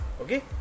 okay